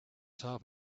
top